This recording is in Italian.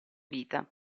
vita